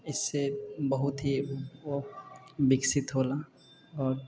इससे बहुत ही विकसित होला आओर